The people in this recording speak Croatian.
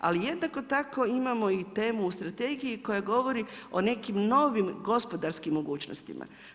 Ali jednako tako imamo i temu u strategiji koja govori o nekim novim gospodarskim mogućnostima.